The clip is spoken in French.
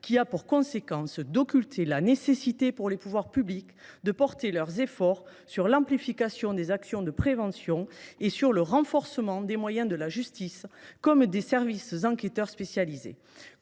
qui a pour conséquence d’occulter la nécessité pour les pouvoirs publics de porter leurs efforts sur l’amplification des actions de prévention et sur le renforcement des moyens de la justice comme des services d’enquête spécialisés.